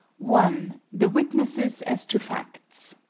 one. the witnesses as to facts